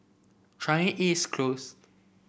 Changi East Close